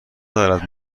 دارد